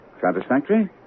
Satisfactory